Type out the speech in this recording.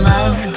Love